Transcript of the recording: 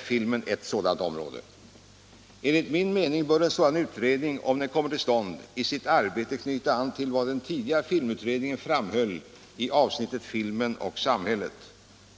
Filmen är ett sådant område. Enligt min mening bör en sådan utredning, om den kommer till stånd, i sitt arbete knyta an till vad den tidigare filmutredningen framhöll i avsnittet Filmen och samhället.